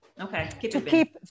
Okay